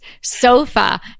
sofa